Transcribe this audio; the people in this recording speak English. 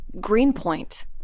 Greenpoint